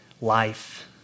life